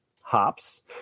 hops